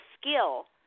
skill